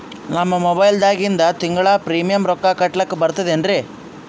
ನಮ್ಮ ಮೊಬೈಲದಾಗಿಂದ ತಿಂಗಳ ಪ್ರೀಮಿಯಂ ರೊಕ್ಕ ಕಟ್ಲಕ್ಕ ಬರ್ತದೇನ್ರಿ?